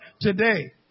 today